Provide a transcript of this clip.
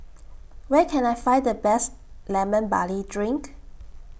Where Can I Find The Best Lemon Barley Drink